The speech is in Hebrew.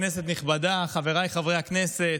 כנסת נכבדה, חבריי חברי הכנסת,